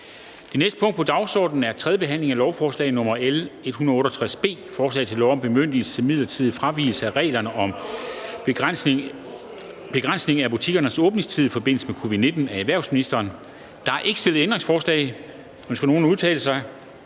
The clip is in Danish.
Det næste punkt på dagsordenen er: 4) 3. behandling af lovforslag nr. L 168 B: Forslag til lov om bemyndigelse til midlertidig fravigelse af reglerne om begrænsning af butikkernes åbningstider i forbindelse med covid-19. Af erhvervsministeren (Simon Kollerup). (2. behandling